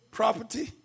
property